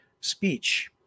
speech